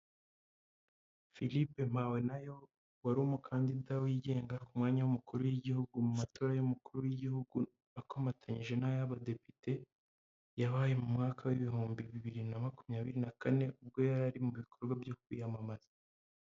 Firipe Mpawenayo wari umukandida wigenga ku mwanya w'umukuru w'igihugu mu matora y'umukuru w'igihugu akomatanyije n'ay'abadepite yabaye mu mwaka w'ibihumbi bibiri na makumyabiri na kane ubwo yari ari mu bikorwa byo kwiyamamaza.